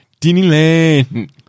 Disneyland